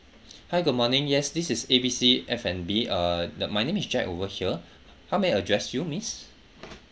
hi good morning yes this is A B C F&B uh the my name is jack over here how may I address you miss